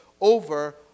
over